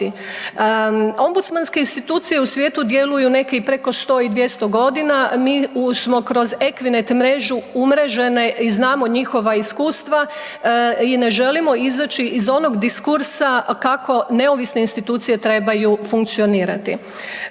Ombudsmanske institucije u svijetu djeluju neki i preko 100 i 200 g., mi smo kroz Ekvinet mrežu umrežene i znamo njihova iskustva i ne želimo izaći iz onog diskursa kako neovisne institucije trebaju funkcionirati.